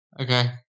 Okay